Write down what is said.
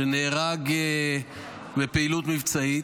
שנהרג בפעילות מבצעית,